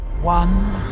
One